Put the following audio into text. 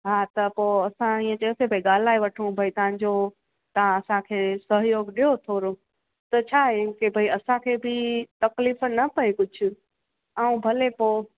हा त पोइ असां इहो चयोसि भई ॻाल्हाए वठो भई तव्हांजो तव्हां असांखे सहयोग ॾियो थोरो त छा आहे की भई असांखे बि तकलीफ़ न पए कुझु ऐं भले पोइ